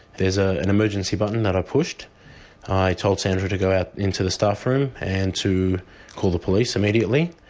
there's ah an emergency button that i pushed and i told sandra to go out into the staff room and to call the police immediately.